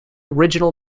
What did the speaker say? original